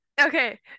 Okay